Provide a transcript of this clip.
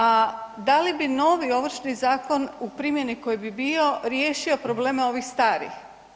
A da li bi novi Ovršni zakon u primjeni koji bi bio riješio probleme ovih starih?